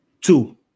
Two